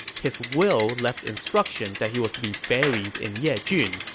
his will left instructions that he was to be buried in yejun,